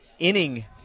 inning